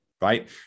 right